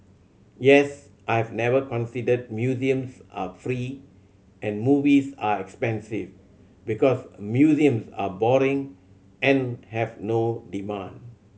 yes I have never considered museums are free and movies are expensive because museums are boring and have no demand